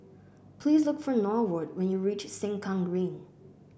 please look for Norwood when you reach Sengkang Green